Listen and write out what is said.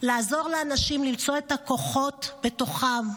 לעזור לאנשים למצוא את הכוחות בתוכם,